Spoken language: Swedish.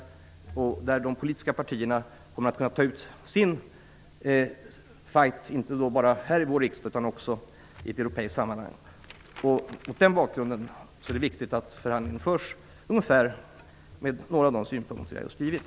De politiska partierna kan då föra sin kamp inte bara här i vår riksdag utan också i ett europeiskt sammanhang. Mot den bakgrunden är det viktigt att förhandlingen förs med beaktande av de synpunkter jag har beskrivit.